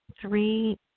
three